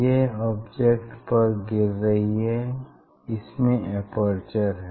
यह ऑब्जेक्ट पर गिर रही है इसमें अपर्चर है